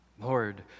Lord